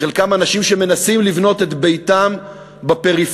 וחלקם אנשים שמנסים לבנות את ביתם בפריפריה.